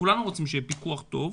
כולנו רוצים שיהיה פיקוח טוב.